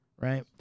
right